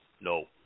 No